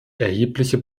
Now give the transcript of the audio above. erhebliche